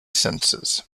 senses